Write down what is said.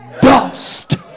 dust